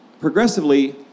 progressively